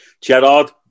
Gerard